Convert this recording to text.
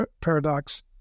paradox